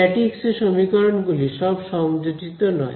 statics এ সমীকরণ গুলি সব সংযোজিত নয়